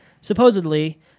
supposedly